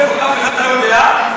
אף אחד לא יודע.